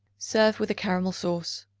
serve with a caramel sauce.